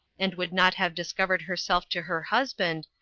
and would not have discovered herself to her husband,